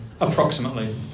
Approximately